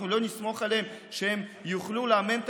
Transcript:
אנחנו לא נסמוך עליהם שהם יוכלו לאמן את